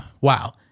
Wow